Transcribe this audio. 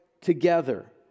together